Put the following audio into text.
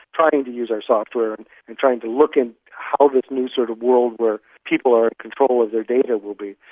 trying to use our software and trying to look into how this new sort of world where people are in control of their data will be.